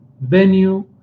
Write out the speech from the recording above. venue